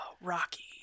Rocky